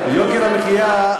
יוקר המחיה,